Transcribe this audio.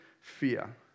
fear